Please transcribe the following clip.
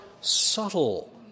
subtle